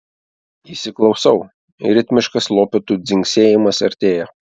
įsiklausau ritmiškas lopetų dzingsėjimas artėja